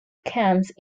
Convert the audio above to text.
camps